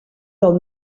del